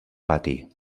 pati